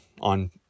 on